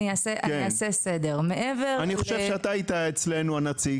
אני אעשה סדר: מעבר ל -- אני חושב שאתה היית הנציג אצלנו.